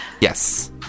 Yes